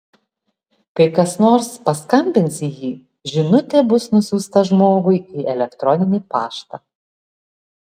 kai kas nors paskambins į jį žinutė bus nusiųsta žmogui į elektroninį paštą